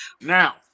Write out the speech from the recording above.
now